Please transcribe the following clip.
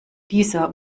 dieser